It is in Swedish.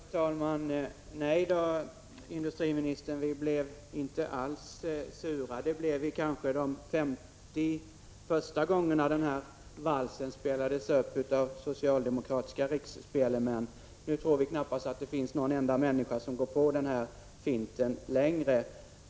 Fru talman! Nejdå, industriministern, vi blev inte alls sura. Det blev vi kanske de 50 första gångerna den här valsen spelades upp av socialdemokratiska riksspelmän. Nu tror vi att det knappast finns någon enda människa som går på den finten längre.